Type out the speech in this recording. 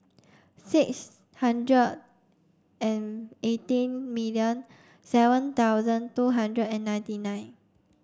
six hundred and eighteen million seven thousand two hundred and ninety nine